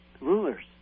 rulers